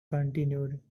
continued